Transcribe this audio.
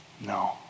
No